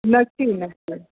नक्की नक्की